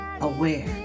aware